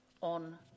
on